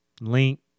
Link